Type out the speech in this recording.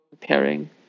pairing